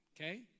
okay